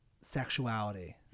sexuality